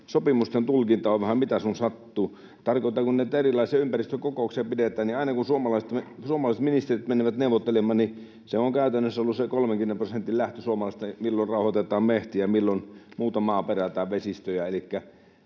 sopimusten tulkinta on vähän mitä sun sattuu. Tarkoitan, että kun näitä erilaisia ympäristökokouksia pidetään, niin aina kun suomalaiset ministerit menivät neuvottelemaan, niin se on käytännössä ollut se 30 prosentin lähtö suomalaisilta — milloin rahoitetaan metsiä, milloin muuta maaperää tai vesistöjä.